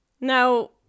Now